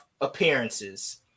appearances